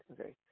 Okay